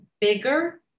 bigger